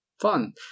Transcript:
fun